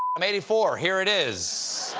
i'm eighty four. here it is.